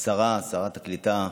שרת הקליטה,